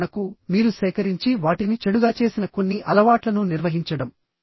ఉదాహరణకు మీరు సేకరించి వాటిని చెడుగా చేసిన కొన్ని అలవాట్లను నిర్వహించడం